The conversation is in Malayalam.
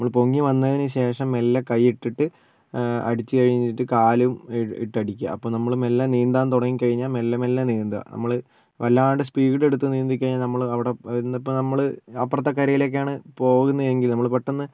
നമ്മൾ പൊങ്ങി വന്നതിന് ശേഷം മെല്ലെ കയ്യിട്ട് അടിച്ച് കഴിഞ്ഞിട്ട് കാലും ഇട്ട് അടിക്കുക അപ്പോൾ നമ്മൾ മെല്ലെ നീന്താൻ തുടങ്ങിക്കഴിഞ്ഞാൽ മെല്ലെ മെല്ലെ നീന്തുക നമ്മൾ വല്ലാണ്ട് സ്പീഡ് എടുത്ത് നീന്തി കഴിഞ്ഞാൽ നമ്മൾ അവിടെ ഇന്നിപ്പം നമ്മൾ അപ്പുറത്തെ കരയിലേക്കാണ് പോകുന്നതെങ്കിൽ നമ്മൾ പെട്ടന്ന്